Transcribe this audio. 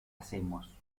hacemos